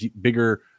bigger